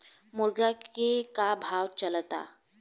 मुर्गा के का भाव चलता?